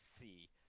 see